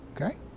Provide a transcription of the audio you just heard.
Okay